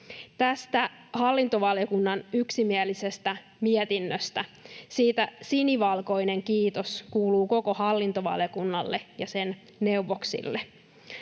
Tästä hallintovaliokunnan yksimielisestä mietinnöstä sinivalkoinen kiitos kuuluu koko hallintovaliokunnalle ja sen neuvoksille.